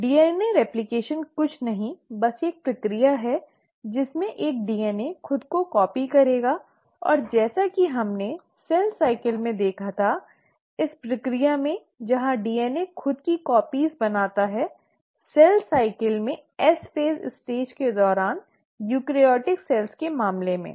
खैर डीएनए प्रतिकृति कुछ नहीं बस एक प्रक्रिया है जिसमें एक डीएनए खुद को कॉपी करेगा और जैसा कि हमने सेल चक्र में देखा था इस प्रक्रिया में जहां डीएनए खुद की प्रतियां बनाता है सेल चक्र में एस चरण स्टेज के दौरान यूकेरियोटिक कोशिकाओं के मामले में